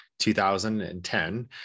2010